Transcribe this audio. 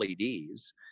LEDs